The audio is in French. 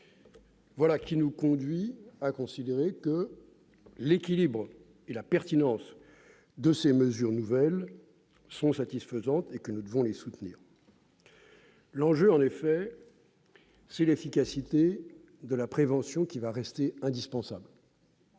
Voilà qui nous conduit à considérer que l'équilibre et la pertinence de ces mesures nouvelles sont satisfaisants et que nous devons les soutenir. L'enjeu, en effet, c'est l'efficacité de la prévention, laquelle va rester indispensable.